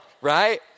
right